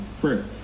prayer